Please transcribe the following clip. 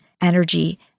energy